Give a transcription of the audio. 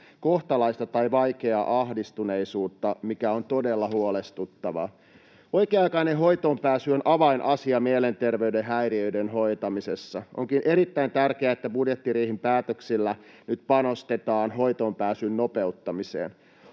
kohtalaista tai vaikeaa ahdistuneisuutta, mikä on todella huolestuttavaa. Oikea-aikainen hoitoonpääsy on avainasia mielenterveyden häiriöiden hoitamisessa. Onkin erittäin tärkeää, että budjettiriihen päätöksillä nyt panostetaan hoitoonpääsyn nopeuttamiseen.